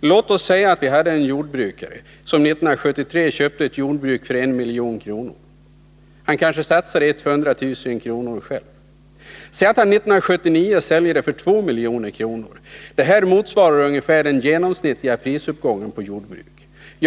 Låt oss ta ett exempel där en jordbrukare 1973 köpte ett jordbruk för 1 milj.kr. Han kanske satsade 100 000 kr. själv. Säg att han 1979 säljer det för 2 milj.kr., vilket ungefär motsvarar den genomsnittliga prisuppgången på jordbruk!